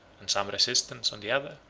and some resistance on the other.